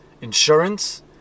insurance